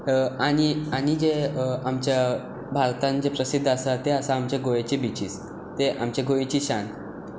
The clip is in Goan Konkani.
आनी आनी जे आमच्या भारतांत जे प्रसिध्द आसा तें आसा आमच्या गोंयची बिचीस ते आमची गोंयची शान